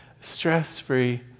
stress-free